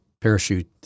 parachute